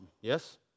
yes